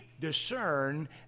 discern